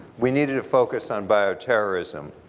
we needed to focus on bioterrorism,